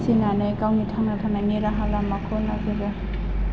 फिसिनानै गावनि थांना थानायनि राहा लामाखौ नागिरो